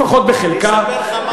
לפחות בחלקה.